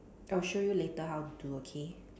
I'll show you later how to do okay